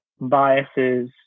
biases